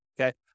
Okay